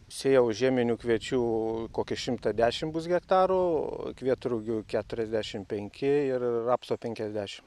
sėjau žieminių kviečių kokį šimtą dešimt bus hektarų kvietrugių keturiasdešimt penki ir rapso penkaisdešimt